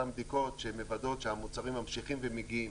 אותן בדיקות שמוודאות שהמוצרים ממשיכים ומגיעים,